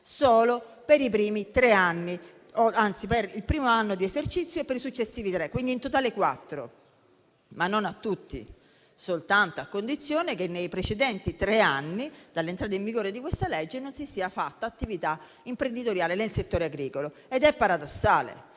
solo per i primi tre anni, anzi per il primo anno di esercizio e per i successivi tre; quindi in totale quattro anni. Ma non a tutti: soltanto a condizione che nei precedenti tre anni dall'entrata in vigore di questa legge non si sia fatta attività imprenditoriale nel settore agricolo. Questo è paradossale,